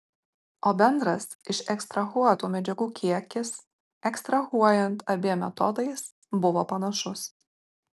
o bendras išekstrahuotų medžiagų kiekis ekstrahuojant abiem metodais buvo panašus